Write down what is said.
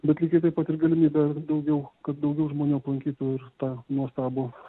bet lygiai taip pat ir galimybė daugiau kad daugiau žmonių aplankytų ir tą nuostabų